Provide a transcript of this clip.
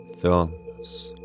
films